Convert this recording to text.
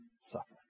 suffer